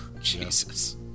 jesus